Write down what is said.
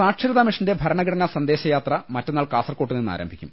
സാക്ഷരത മിഷന്റെ ഭരണഘടനാ സന്ദേശയാത്ര മറ്റന്നാൾ കാസർകോ ട്ടുനിന്ന് ആരംഭിക്കും